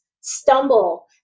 stumble